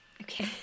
Okay